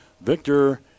Victor